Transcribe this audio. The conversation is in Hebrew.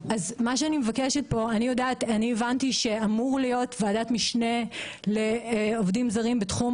הבנתי שאמורה להיות ועדת משנה לעובדים זרים בתחום